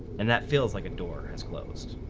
and that feels like a door is closed.